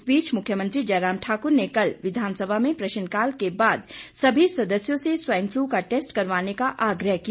इस बीच मुख्यमंत्री जयराम ठाकुर ने कल विधानसभा में प्रश्नकाल के बाद सभी सदस्यों से स्वाईन फ्लू का टेस्ट करवाने का आग्रह किया